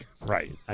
Right